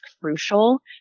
crucial